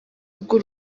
bw’u